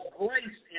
grace